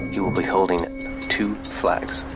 he will be holding two flags.